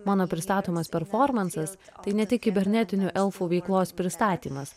mano pristatomas performansas tai ne tik kibernetinių elfų veiklos pristatymas